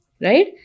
Right